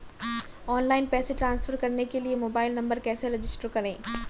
Online पैसे transfer करने के लिए मोबाइल नंबर कैसे रजिस्टर करें?